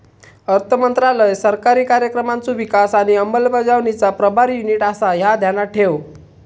अर्थमंत्रालय सरकारी कार्यक्रमांचो विकास आणि अंमलबजावणीचा प्रभारी युनिट आसा, ह्या ध्यानात ठेव